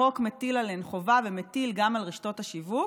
החוק מטיל עליהן חובה, ומטיל גם על רשתות השיווק.